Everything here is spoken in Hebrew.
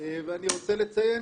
אני רוצה לציין,